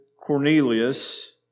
Cornelius